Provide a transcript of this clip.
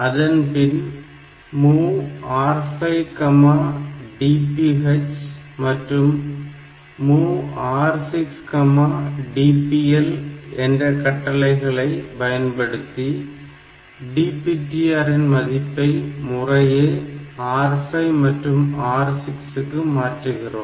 அதன்பின் MOV R5 DPH மற்றும் MOV R6DPL என்ற கட்டளைகளை பயன்படுத்தி DPTR இன் மதிப்பை முறையே R5 மற்றும் R6 க்கு மாற்றுகிறோம்